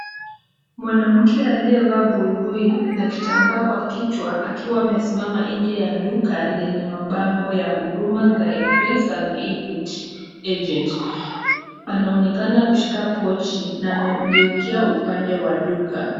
Mwanamke aliyevaa buibui na kitambaa kwa kichwa akiwa amesimama nje ya duka lenye mabango ya huduma za Mpesa na equity Agent. Anaonekana kushika pochi na ameugeukia upande wa duka.